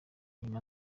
nyuma